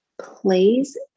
please